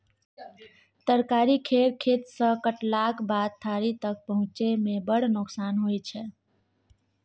तरकारी केर खेत सँ कटलाक बाद थारी तक पहुँचै मे बड़ नोकसान होइ छै